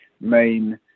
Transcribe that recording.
main